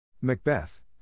Macbeth